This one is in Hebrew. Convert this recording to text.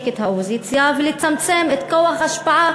את האופוזיציה ולצמצם את כוח ההשפעה,